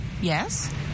Yes